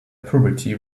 puberty